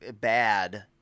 bad